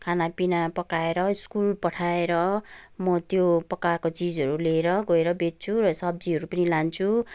खानापिना पकाएर स्कुल पठाएर म त्यो पकाएको चिजहरू लिएर गएर बेच्छु र सब्जीहरू पनि लान्छु